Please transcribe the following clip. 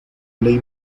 ley